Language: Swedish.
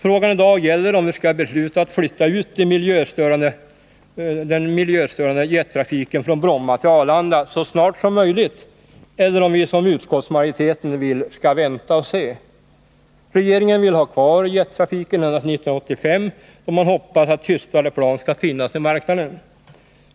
Frågan i dag gäller om vi skall besluta att flytta ut den miljöstörande jettrafiken från Bromma till Arlanda så snart som möjligt eller om vi, som utskottsmajoriteten vill, skall vänta och se. Regeringen vill ha kvar jettrafiken ända till 1985, då man hoppas att tystare plan skall finnas i marknaden.